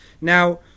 Now